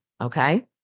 okay